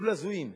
אפילו הזויים,